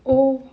oh